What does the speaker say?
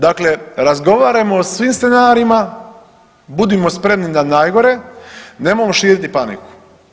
Dakle razgovarajmo o svim scenarijima, budimo spremni na najgore, nemojmo širiti paniku.